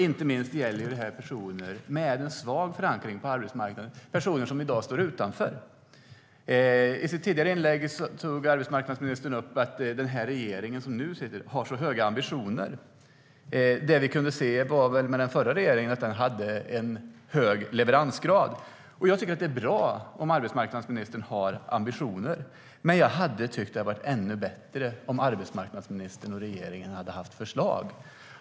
Inte minst gäller det personer med svag förankring på arbetsmarknaden, personer som i dag står utanför. I sitt tidigare inlägg tog arbetsmarknadsministern upp att regeringen som nu sitter har så höga ambitioner. Det vi kunde se under den förra regeringen var att den hade hög leveransgrad. Jag tycker att det är bra att arbetsmarknadsministern har ambitioner, men jag hade tyckt att det varit ännu bättre om arbetsmarknadsministern och regeringen hade haft förslag.